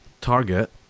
target